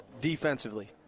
Defensively